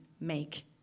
make